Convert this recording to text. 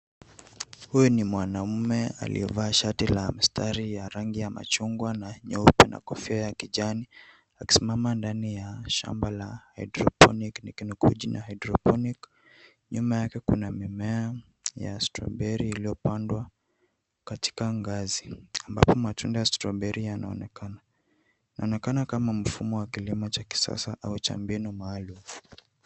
Huyu ni mwanaume aliyevaa shati la mstari ya rangi ya machungwa na nyeupe na kofia ya kijani akisimama ndani ya shamba la hydroponic nyuma yake kuna mimea ya strawberry iliyopandwa katika ngazi ambapo matunda ya strawberry yanaonekana. Inaonekana kama mfumo wa kilimo cha kisasa au cha mbinu maalum.